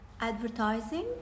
advertising